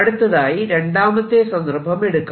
അടുത്തതായി രണ്ടാമത്തെ സന്ദർഭമെടുക്കാം